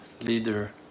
leader